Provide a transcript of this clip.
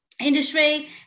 industry